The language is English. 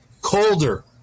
colder